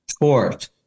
tort